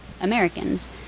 Americans